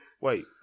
wait